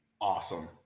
Awesome